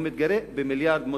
הוא מתגרה במיליארד מוסלמים.